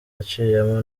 yaciyemo